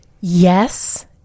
Yes